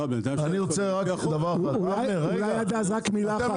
אולי עד אז רק מילה אחת.